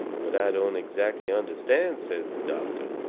but i don't exactly understand, says the doctor.